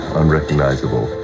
unrecognizable